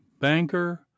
banker